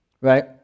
right